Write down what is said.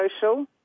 social